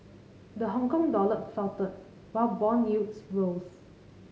the Hongkong dollar faltered while bond yields rose